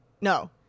No